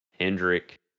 Hendrick